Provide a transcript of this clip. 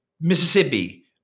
Mississippi